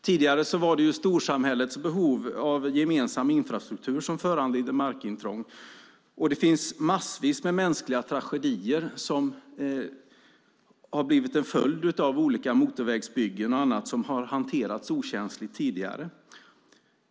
Tidigare var det storsamhällets behov av gemensam infrastruktur som föranledde markintrången. Det finns massvis med mänskliga tragedier som blivit följder av olika motorvägsbyggen och annat som hanterats okänsligt tidigare.